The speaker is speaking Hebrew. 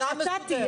לינה מסודרת.